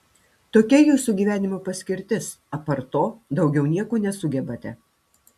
tokia jūsų gyvenimo paskirtis apart to daugiau nieko nesugebate